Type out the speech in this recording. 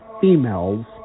females